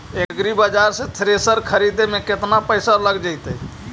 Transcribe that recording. एग्रिबाजार से थ्रेसर खरिदे में केतना पैसा लग जितै?